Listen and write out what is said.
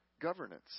governance